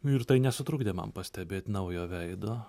ir tai nesutrukdė man pastebėt naujo veido